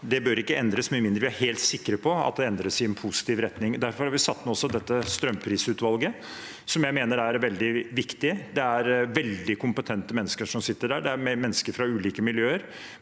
har, bør ikke endres med mindre vi er helt sikre på at det endres i positiv retning. Derfor har vi også satt ned dette strømprisutvalget, som jeg mener er veldig viktig. Det er veldig kompetente mennesker som sitter der, det er mennesker fra ulike miljøer.